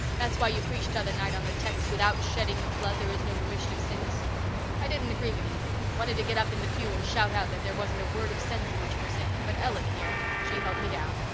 that's why you preached t'other night on the text without shedding of blood there is no remission of sins i didn't agree with you wanted to get up in the pew and shout out that there wasn't a word of sense in what you were saying, but ellen, here, she held me down.